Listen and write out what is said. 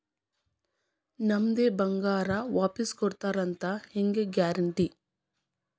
ನಮ್ಮದೇ ಬಂಗಾರ ವಾಪಸ್ ಕೊಡ್ತಾರಂತ ಹೆಂಗ್ ಗ್ಯಾರಂಟಿ?